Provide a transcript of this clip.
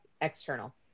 external